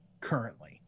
currently